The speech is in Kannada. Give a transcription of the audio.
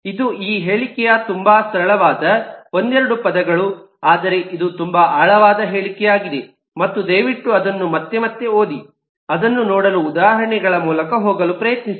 ಇದು ಈ ಹೇಳಿಕೆಯ ತುಂಬಾ ಸರಳವಾದ ಒಂದೆರಡು ಪದಗಳು ಆದರೆ ಇದು ತುಂಬಾ ಆಳವಾದ ಹೇಳಿಕೆಯಾಗಿದೆ ಮತ್ತು ದಯವಿಟ್ಟು ಅದನ್ನು ಮತ್ತೆ ಮತ್ತೆ ಓದಿ ಅದನ್ನು ನೋಡಲು ಉದಾಹರಣೆಗಳ ಮೂಲಕ ಹೋಗಲು ಪ್ರಯತ್ನಿಸಿ